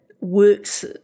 works